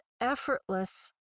effortless